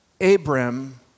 Abram